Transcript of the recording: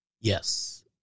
Yes